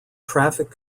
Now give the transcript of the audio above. traffic